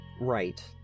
Right